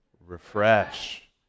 refresh